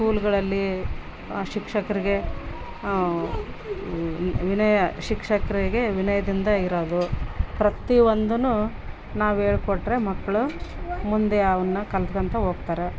ಸ್ಕೂಲ್ಗಳಲ್ಲಿ ಶಿಕ್ಷಕರಿಗೆ ವಿನಯ ಶಿಕ್ಷಕರಿಗೆ ವಿನಯದಿಂದ ಇರೋದು ಪ್ರತೀ ಒಂದನ್ನು ನಾವು ಹೇಳ್ ಕೊಟ್ಟರೆ ಮಕ್ಕಳು ಮುಂದೆ ಅವನ್ನ ಕಲಿತ್ಕೋತ ಹೋಗ್ತಾರೆ